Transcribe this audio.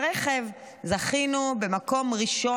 ברכב זכינו במקום הראשון,